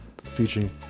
featuring